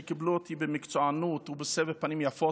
שקיבלו אותי במקצוענות ובסבר פנים יפות.